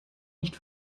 nicht